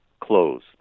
close